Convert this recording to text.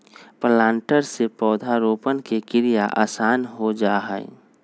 planter से पौधरोपण के क्रिया आसान हो जा हई